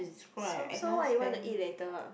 so so what you want to eat later